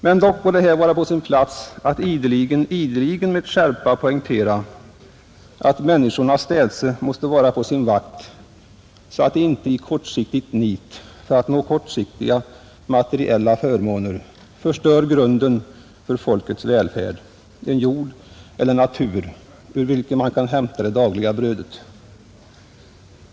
Men dock må det här vara på sin plats att ideligen, ideligen med skärpa poängtera att människorna städse måste vara på sin vakt, så att de inte i kortsiktigt nit, för att nå kortsiktiga materiella förmåner, förstör grunden för folkets välfärd — en jord eller natur ur vilken man kan hämta det dagliga brödet.